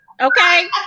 Okay